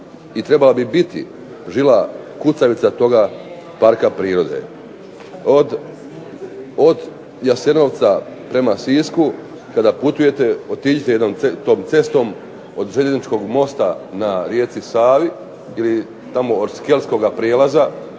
i trebala bi biti žila kucavica toga parka prirode. Od Jasenovca prema Sisku kada putujete otiđite tom cestom od željezničkog mosta na rijeci Savi ili tamo od skelskoga prijelaza